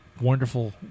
wonderful